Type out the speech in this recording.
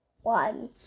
One